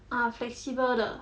ah flexible 的